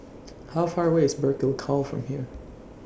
How Far away IS Burkill Cow from here